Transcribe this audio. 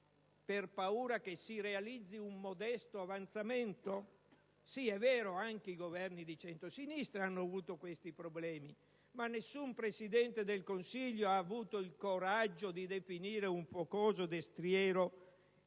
per paura che si realizzi un modesto avanzamento? Sì, è vero che anche i Governi di centrosinistra hanno avuto questi problemi, ma nessun Presidente del Consiglio ha avuto il coraggio di definire un focoso destriero